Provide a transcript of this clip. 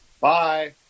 Bye